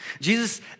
Jesus